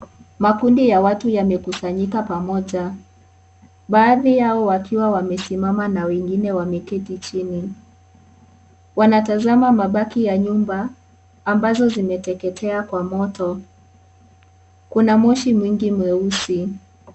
Makundi ya watu yamekusanyika pamoja baadhi yao wakiwa wamesimama na wengine wameketi chini. Wanatazama mabaki ya nyumba ambazo zimeteketea kwa moto. Kuna moshi mwingi mweusi.